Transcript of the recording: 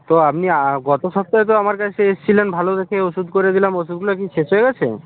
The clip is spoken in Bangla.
তো আপনি গত সপ্তাহে তো আমার কাছে এসেছিলেন ভালো দেখে ওষুধ করে দিলাম ওষুধগুলো কি শেষ হয়ে গেছে